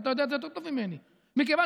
ואתה יודע את זה יותר טוב ממני: מכיוון